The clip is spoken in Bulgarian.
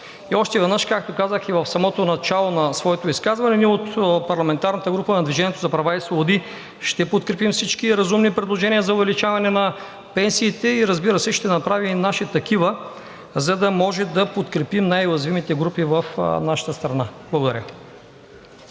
Още веднъж, както казах и в самото начало на своето изказване, ние от парламентарната група на „Движение за права и свободи“ ще подкрепим всички разумни предложения за увеличаване на пенсиите и разбира се, ще направим и наши такива, за да може да подкрепим най-уязвимите групи в нашата страна. Благодаря.